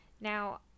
Now